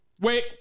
Wait